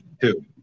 two